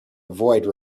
avoid